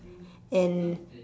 and